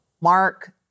Mark